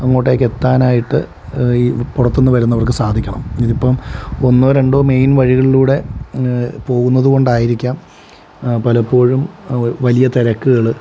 അങ്ങോട്ടേയ്ക്ക് എത്താനായിട്ട് ഈ പുറത്തുനിന്ന് വരുന്നവർക്ക് സാധിക്കണം ഇതിപ്പം ഒന്നോ രണ്ടോ മെയിൻ വഴികളിലൂടെ പോകുന്നത് കൊണ്ടായിരിക്കാം പലപ്പോഴും വലിയ തിരക്കുകൾ